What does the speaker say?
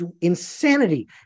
insanity